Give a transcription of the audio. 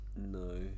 No